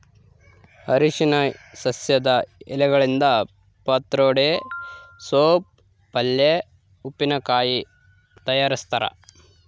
ಅರಿಶಿನ ಸಸ್ಯದ ಎಲೆಗಳಿಂದ ಪತ್ರೊಡೆ ಸೋಪ್ ಪಲ್ಯೆ ಉಪ್ಪಿನಕಾಯಿ ತಯಾರಿಸ್ತಾರ